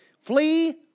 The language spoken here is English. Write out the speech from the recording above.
Flee